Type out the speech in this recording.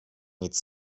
nic